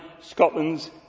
Scotland's